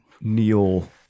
Neil